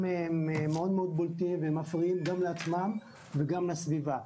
מאוד בולטים ומפריעים גם לעצמם וגם לסביבה.